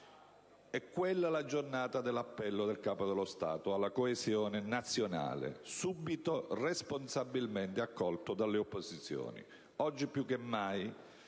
È quella la giornata dell'appello del Capo dello Stato alla coesione nazionale, subito responsabilmente accolto dalle opposizioni, secondo